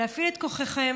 להפעיל את כוחכם,